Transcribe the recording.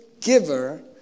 giver